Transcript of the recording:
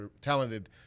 talented